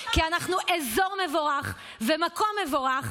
כי אנחנו אזור מבורך ומקום מבורך,